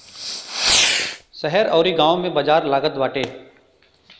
शहर अउरी गांव में बाजार लागत बाटे